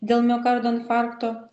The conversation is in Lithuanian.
dėl miokardo infarkto